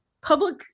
public